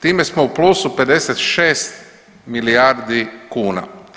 Time smo u plusu 56 milijardi kuna.